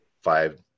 five